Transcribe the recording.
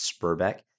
Spurbeck